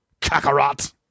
Kakarot